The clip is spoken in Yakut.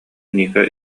ника